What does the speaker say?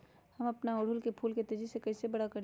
हम अपना ओरहूल फूल के तेजी से कई से बड़ा करी?